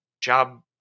job